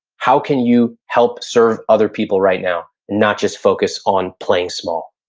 how can you help serve other people right now and not just focus on playing small?